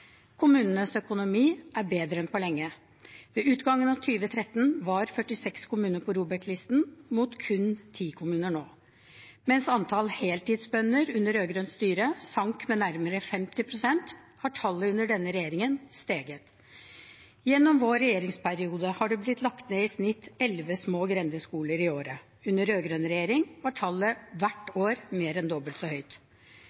Kommunenes økonomi er bedre enn på lenge. Ved utgangen av 2013 var 46 kommuner på ROBEK-listen, mot kun 10 kommuner nå. Mens antall heltidsbønder under rød-grønt styre sank med nærmere 50 pst., har tallet under denne regjeringen steget. Gjennom vår regjeringsperiode har det blitt lagt ned i snitt elleve små grendeskoler i året. Under rød-grønn regjering var tallet hvert